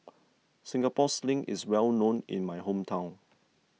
Singapore Sling is well known in my hometown